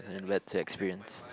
bad to experience